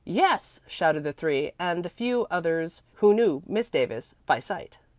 yes, shouted the three and the few others who knew miss davis by sight.